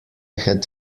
had